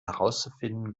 herauszufinden